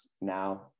now